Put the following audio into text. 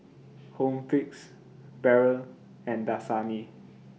Home Fix Barrel and Dasani